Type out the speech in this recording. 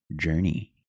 journey